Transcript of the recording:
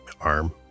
arm